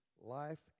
life